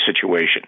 situation